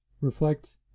reflect